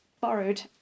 borrowed